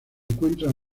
encuentra